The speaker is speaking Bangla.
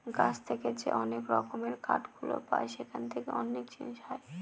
গাছ থেকে যে অনেক রকমের কাঠ গুলো পায় সেখান থেকে অনেক জিনিস হয়